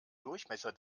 durchmesser